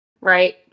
right